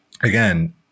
again